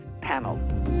panel